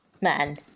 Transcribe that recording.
man